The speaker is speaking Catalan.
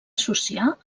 associar